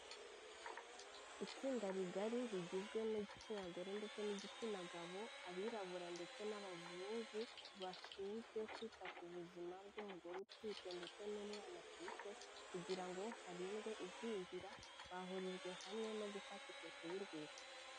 Itsinda rigari rigizwe n'igitsina gore ndetse n'igitsina gabo, abirabura ndetse n'abazungu bashinzwe kwita ku buzima bw'umugore utwite ndetse n'umwana atwite, kugira ngo harindwe igwingira, bahurijwe hamwe no gufata ifoto y'urwibutso.